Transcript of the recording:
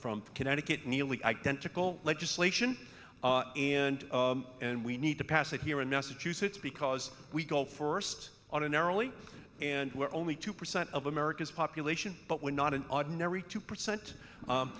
from connecticut nearly identical legislation and we need to pass it here in massachusetts because we go first on a narrowly and were only two percent of america's population but we're not an ordinary two percent